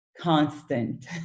constant